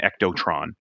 Ectotron